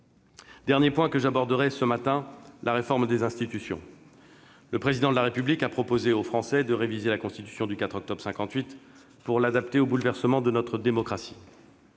dernier sujet que j'aborderai ce matin est la réforme des institutions. Le Président de la République a proposé aux Français de réviser la Constitution du 4 octobre 1958 pour l'adapter aux bouleversements de notre démocratie.